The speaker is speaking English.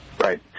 Right